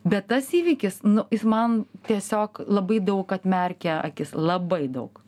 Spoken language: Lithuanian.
bet tas įvykis nu jis man tiesiog labai daug atmerkia akis labai daug